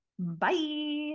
Bye